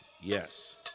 Yes